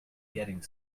getting